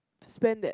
spend that